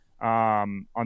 on